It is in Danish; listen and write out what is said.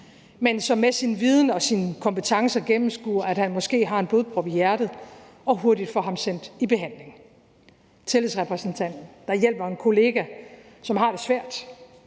men som med sin viden og sine kompetencer gennemskuer, at han måske har en blodprop i hjertet, og hurtigt får ham sendt i behandling; tillidsrepræsentanten, der hjælper en kollega, som har det svært;